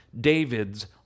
David's